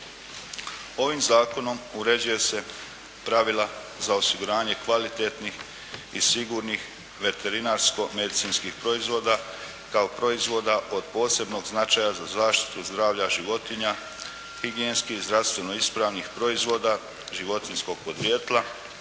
Ovim zakonom uređuju se pravila za osiguranje kvalitetnih i sigurnih veterinarsko-medicinskih proizvoda kao proizvoda od posebnog značaja za zaštitu zdravlja životinja, higijenskih zdravstveno ispravnih proizvoda životinjskog podrijetla,